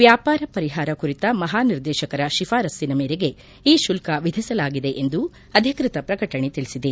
ವ್ಯಾಪಾರ ಪರಿಹಾರ ಕುರಿತ ಮಹಾನಿರ್ದೇಶಕರ ಶಿಫಾರಸ್ಸಿನ ಮೇರೆಗೆ ಈ ಶುಲ್ಕ ವಿಧಿಸಲಾಗಿದೆ ಎಂದು ಅಧಿಕೃತ ಪ್ರಕಟಣೆ ತಿಳಿಸಿದೆ